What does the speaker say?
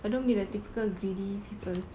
I don't be the typical greedy people